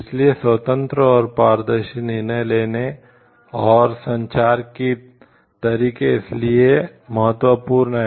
इसलिए स्वतंत्र और पारदर्शी निर्णय लेने और संचार के तरीके इसके लिए महत्वपूर्ण हैं